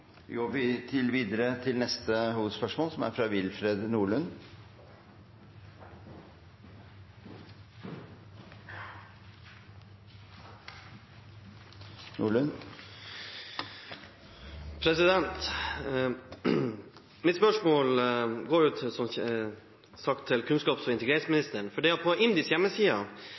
går videre til neste hovedspørsmål. Mitt spørsmål går til kunnskaps- og integreringsministeren. På IMDis hjemmesider opplyser de at det er